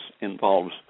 involves